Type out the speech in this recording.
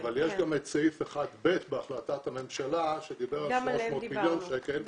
אבל יש גם את סעיף 1(ב) בהחלטת הממשלה שדיבר על 300 מיליון שקלים.